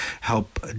help